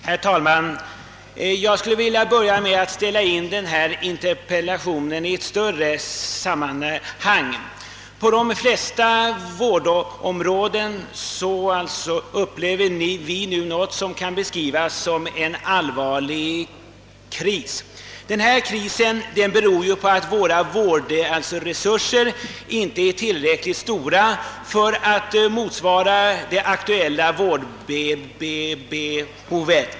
Herr talman! Jag vill börja med att foga in denna interpellation i ett större sammanhang. På de flesta vårdområden upplever vi nu något som kan beskrivas som en allvarlig kris. Denna kris beror på att våra vårdresurser inte är tillräckligt stora för att motsvara det aktuella vårdbehovet.